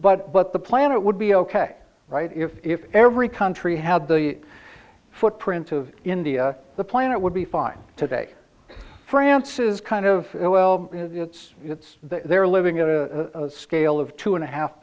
but but the planet would be ok right if if every country had the footprint of india the planet would be fine today france is kind of well it's it's they're living in a scale of two and a half